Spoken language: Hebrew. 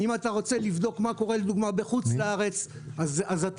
אם אתה רוצה לבדוק מה קורה בחוץ לארץ אז אתה